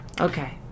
Okay